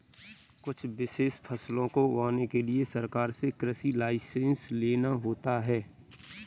कुछ विशेष फसलों को उगाने के लिए सरकार से कृषि लाइसेंस लेना होता है